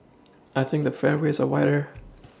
I think the fairways are wider